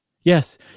yes